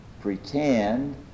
Pretend